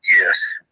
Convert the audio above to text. Yes